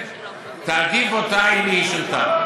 תעדיף אותה אם היא שירתה.